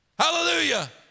Hallelujah